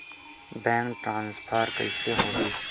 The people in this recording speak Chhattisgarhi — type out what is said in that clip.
बैंक ट्रान्सफर कइसे होही?